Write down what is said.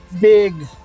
big